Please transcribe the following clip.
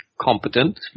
competent